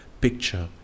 picture